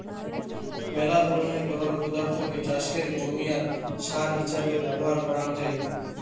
মেলা ধরণের তরল পদার্থকে চাষের জমিয়াত সার হিছাবে ব্যবহার করাং যাই